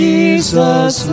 Jesus